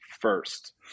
first